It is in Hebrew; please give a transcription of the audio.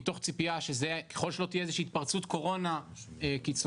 מתוך ציפייה שככל שלא תהיה איזו שהיא התפרצות קורונה קיצונית,